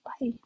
Bye